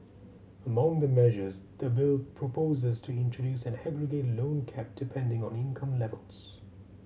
among the measures the bill proposes to introduce an aggregate loan cap depending on income levels